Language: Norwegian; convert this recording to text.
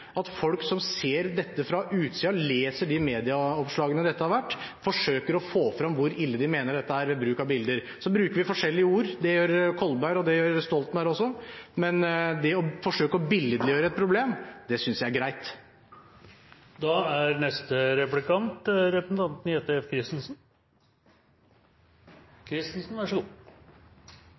at folk som ser dette fra utsiden og leser medieoppslagene om dette, forsøker å få frem hvor ille de mener dette er, ved hjelp av bilder. Vi bruker forskjellige ord, det gjør Kolberg og Stoltenberg også. Men det å forsøke å billedliggjøre et problem synes jeg er greit. Det er